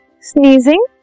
sneezing